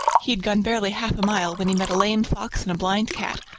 he had gone barely half a mile when he met a lame fox and a blind cat,